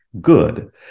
good